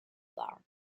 bar